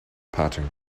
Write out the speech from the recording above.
pattern